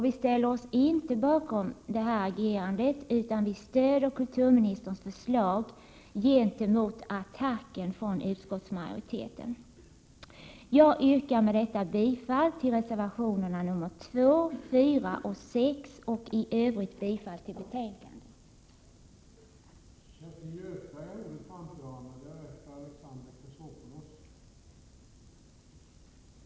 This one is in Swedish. Vi ställer oss inte bakom detta agerande utan stöder kulturministerns förslag gentemot attacken från utskottsmajoriteten. Herr talman! Jag yrkar med detta bifall till reservationerna nr 2, 4 och 6 och i Övrigt bifall till utskottets hemställan i betänkandet.